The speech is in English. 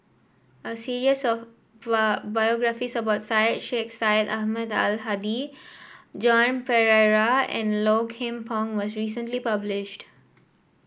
a series of biographies about Syed Sheikh Syed Ahmad Al Hadi Joan Pereira and Low Kim Pong was recently published